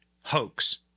hoax